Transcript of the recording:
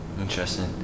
Interesting